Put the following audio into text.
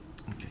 Okay